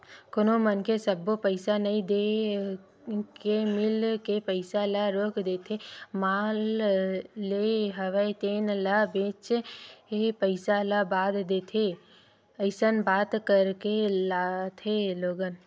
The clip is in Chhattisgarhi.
कोनो मनखे सब्बो पइसा नइ देय के मील के पइसा ल रोक देथे माल लेय हवे तेन ल बेंचे पइसा ल बाद देथे अइसन बात करके लाथे लोगन